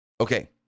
Okay